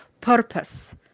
purpose